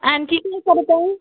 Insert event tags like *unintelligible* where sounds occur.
आणखी *unintelligible*